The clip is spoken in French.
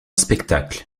spectacle